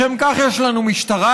לשם כך יש לנו משטרה,